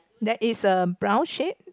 there is a brown shape